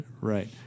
Right